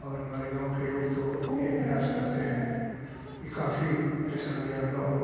और हमारे गाँव के लोग तो यही प्रयास करते हैं कि काफ़ी परेशानियाँ न हों